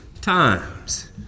times